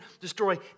destroy